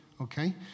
Okay